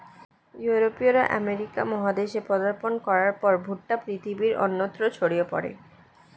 ইউরোপীয়রা আমেরিকা মহাদেশে পদার্পণ করার পর ভুট্টা পৃথিবীর অন্যত্র ছড়িয়ে পড়ে